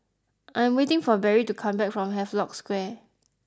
I'm waiting for Berry to come back from Havelock Square